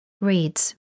reads